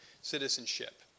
citizenship